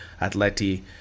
Atleti